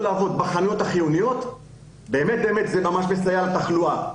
לעבוד בחנויות החיוניות ובאמת זה ממש מסייע לתחלואה.